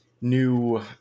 new